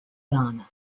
ghana